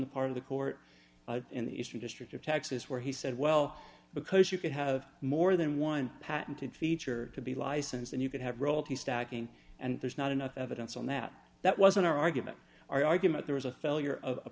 the part of the court in the eastern district of texas where he said well because you could have more than one patented feature to be licensed and you could have royalty stacking and there's not enough evidence on that that was an argument argument there was a failure of